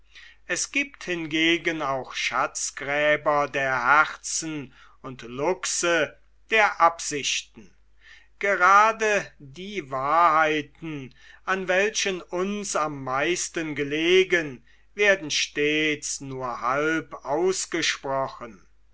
es giebt hingegen auch schatzgräber der herzen und luchse der absichten grade die wahrheiten an welchen uns am meisten gelegen werden stets nur halb ausgesprochen